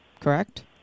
correct